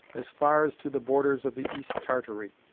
as far as to the borders of the east tartary.